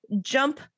jump